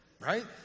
Right